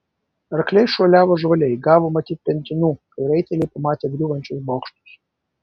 arkliai šuoliavo žvaliai gavo matyt pentinų kai raiteliai pamatė griūvančius bokštus